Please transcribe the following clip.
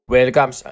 Welcome